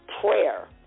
prayer